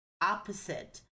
opposite